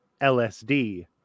lsd